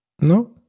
No